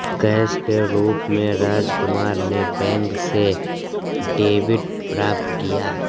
cash के रूप में राजकुमार ने बैंक से डेबिट प्राप्त किया